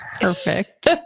Perfect